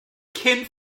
kind